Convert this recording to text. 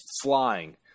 flying